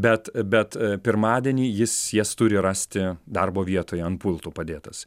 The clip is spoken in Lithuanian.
bet bet pirmadienį jis jas turi rasti darbo vietoje ant pultų padėtas